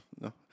no